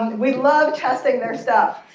we love testing their stuff.